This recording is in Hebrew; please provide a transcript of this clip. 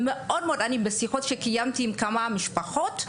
בשיחות שקיימתי עם כמה משפחות,